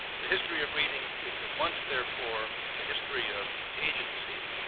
the history of reading is at once therefore a history of agency,